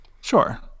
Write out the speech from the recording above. Sure